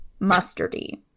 mustardy